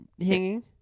hanging